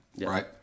right